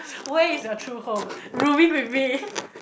where is your true home rooming with me